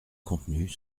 contenu